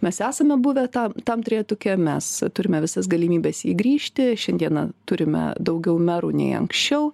mes esame buvę tą tam trejetuke mes turime visas galimybes į jį grįžti šiandieną turime daugiau merų nei anksčiau